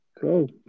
Cool